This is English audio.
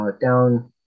down